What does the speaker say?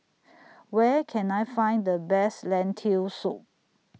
Where Can I Find The Best Lentil Soup